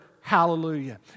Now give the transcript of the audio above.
hallelujah